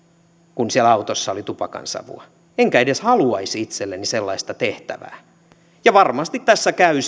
kun siellä autossa oli tupakansavua enkä edes haluaisi itselleni sellaista tehtävää varmasti tässä käy